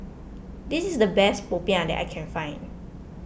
this is the best Popiah that I can find